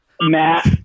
Matt